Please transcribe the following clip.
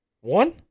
One